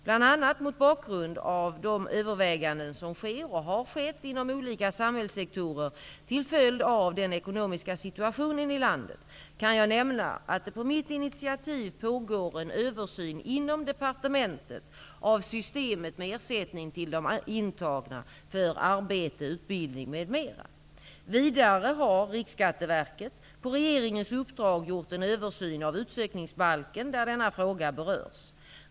Bl.a. annat mot bakgrund av de överväganden som sker och har skett inom olika samhällssektorer till följd av den ekonomiska situationen i landet kan jag nämna att det på mitt initiativ pågår en översyn inom departementet av systemet med ersättning till de intagna för arbete, utbildning, m.m. Vidare har Riksskatteverket på regeringens uppdrag gjort en översyn av utsökningsbalken, där denna fråga berörs.